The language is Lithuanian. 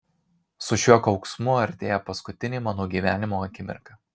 su šiuo kauksmu artėja paskutinė mano gyvenimo akimirka